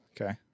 okay